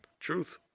Truth